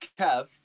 Kev